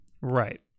right